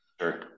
Sure